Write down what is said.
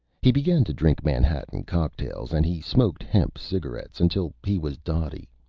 he began to drink manhattan cocktails, and he smoked hemp cigarettes until he was dotty.